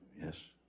Yes